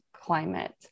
climate